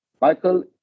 Michael